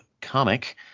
comic